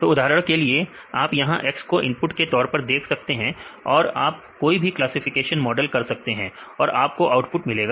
तो उदाहरण के लिए आप यहां X को इनपुट के तौर पर देख सकते हैं और आप कोई भी क्लासिफिकेशन मॉडल कर सकते हैं और आपको आउटपुट मिलेगा